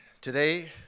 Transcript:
today